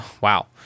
wow